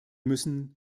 müssen